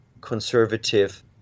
conservative